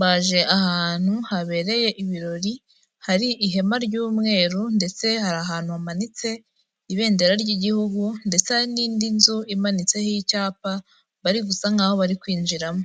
baje ahantu habereye ibirori, hari ihema ry'umweru ndetse hari ahantu hamanitse ibendera ry'igihugu ndetse hari n'indi nzu imanitseho icyapa bari gusa nkaho bari kwinjiramo.